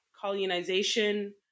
colonization